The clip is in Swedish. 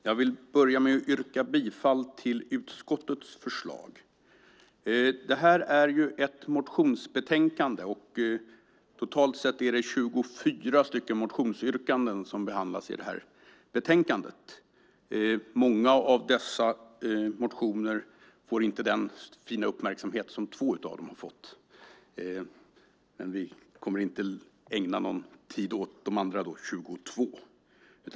Herr talman! Jag vill börja med att yrka bifall till utskottets förslag. Det här är ett motionsbetänkande. Totalt sett är det 24 motionsyrkanden som behandlas. Många av dessa motioner får inte den fina uppmärksamhet som två av dem fått, men vi kommer inte att ägna någon tid åt de andra 22.